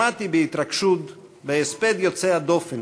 שמעתי בהתרגשות בהספד היוצא-דופן